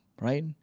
right